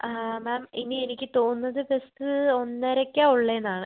മാം ഇനി എനിക്ക് തോന്നുന്നത് ബസ് ഒന്നരയ്ക്കാണ് ഉള്ളത് എന്നാണ്